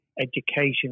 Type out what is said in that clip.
education